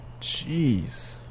Jeez